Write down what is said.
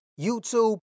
YouTube